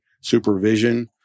supervision